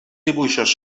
dibuixos